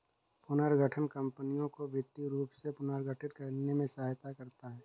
पुनर्गठन कंपनियों को वित्तीय रूप से पुनर्गठित करने में सहायता करता हैं